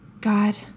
God